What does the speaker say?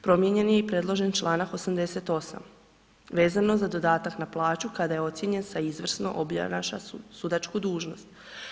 Promijenjen je i predloženi Članak 88. vezano za dodatak na plaću kada je ocjenjen sa izvrsno obnaša sudačku dužnost.